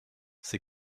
c’est